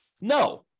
No